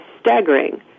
staggering